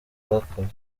bwakoze